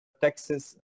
Texas